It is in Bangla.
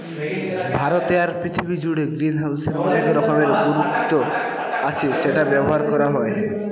ভারতে আর পৃথিবী জুড়ে গ্রিনহাউসের অনেক রকমের গুরুত্ব আছে সেটা ব্যবহার করা হয়